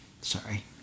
Sorry